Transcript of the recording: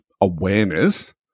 awareness